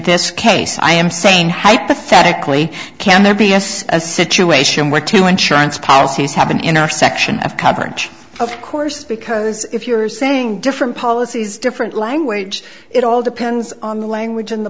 this case i am saying how pathetically can there be yes a situation where two insurance policies have an intersection of coverage of course because if you are saying different policies different language it all depends on the language in the